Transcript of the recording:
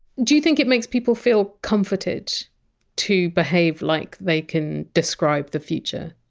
do you think it makes people feel comforted to behave like they can describe the future?